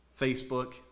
Facebook